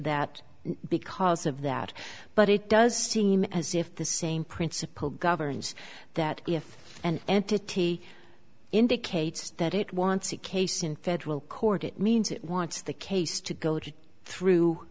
that because of that but it does seem as if the same principle governs that if an entity indicates that it wants a case in federal court it means it wants the case to go to through